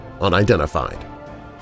unidentified